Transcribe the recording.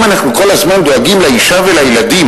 אם אנחנו כל הזמן דואגים לאשה ולילדים,